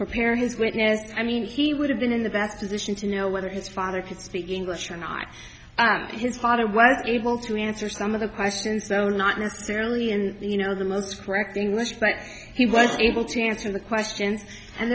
prepare his witness i mean he would have been in the best position to know whether his father could speak english or not his father was able to answer some of the questions though not necessarily in you know the most correct english but he was able to answer the questions and